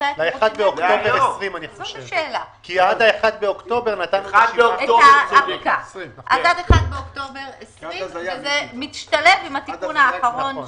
ל-1 באוקטובר 2020. זה משתלב עם התיקון האחרון